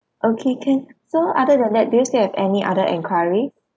okay can so other than that do you still have any other enquiry